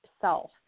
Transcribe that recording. self